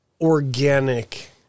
organic